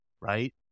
Right